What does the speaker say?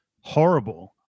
horrible